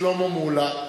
שלמה מולה,